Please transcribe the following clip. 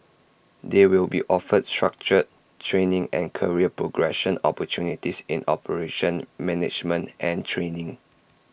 they will be offered structured training and career progression opportunities in operations management and training